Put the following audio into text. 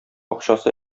акчасы